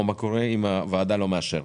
או מה קורה אם הוועדה לא מאשרת.